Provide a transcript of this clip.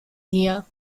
gear